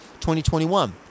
2021